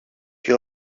και